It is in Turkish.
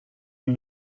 bin